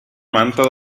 manta